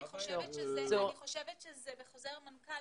אני חושבת שזה בחוזר מנכ"ל,